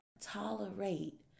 tolerate